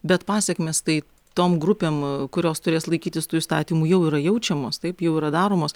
bet pasekmės tai tom grupėm kurios turės laikytis tų įstatymų jau yra jaučiamos taip jau yra daromos